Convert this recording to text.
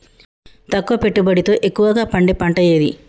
తక్కువ పెట్టుబడితో ఎక్కువగా పండే పంట ఏది?